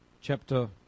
chapter